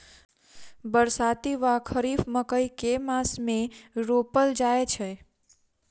बरसाती वा खरीफ मकई केँ मास मे रोपल जाय छैय?